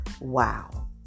Wow